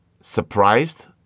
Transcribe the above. Surprised